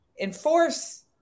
enforce